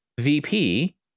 VP